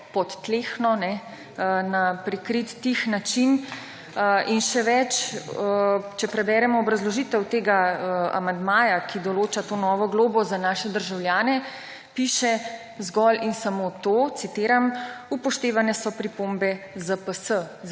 podtlehno, na prikrit, tih način. In še več, če preberemo obrazložitev tega amandmaja, ki določa to novo globo, za naše državljane, piše zgolj in samo to, citiram, »upoštevane so pripombe ZPS«,